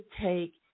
take